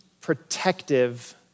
protective